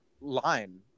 line